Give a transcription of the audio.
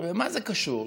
למה זה קשור?